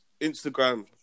Instagram